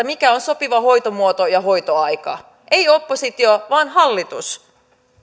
mikä on sopiva hoitomuoto ja hoitoaika ei oppositio vaan hallitus ja